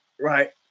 right